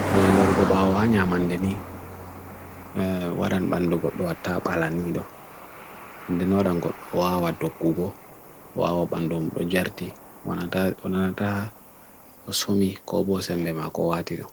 e lor ko ba'o hanya man deni, waran bando ko doa tha pa lanyi doa, denoran ko hoa wa doku ko, hoa wa bando mo rojarti, wanata so sumi ko bo sem bema ko wa tido.